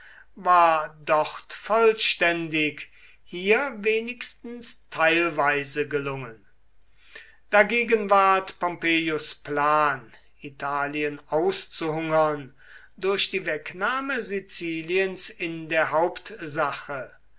war dort vollständig hier wenigstens teilweise gelungen dagegen ward pompeius plan italien auszuhungern durch die wegnahme siziliens in der hauptsache